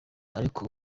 ariko